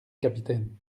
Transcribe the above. capitaine